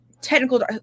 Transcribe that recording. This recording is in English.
technical